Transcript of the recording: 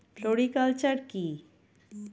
Floriculture কি?